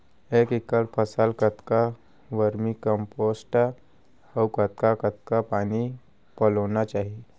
एक एकड़ फसल कतका वर्मीकम्पोस्ट अऊ कतका कतका पानी पलोना चाही?